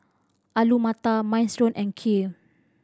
Alu Matar Minestrone and Kheer